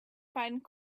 find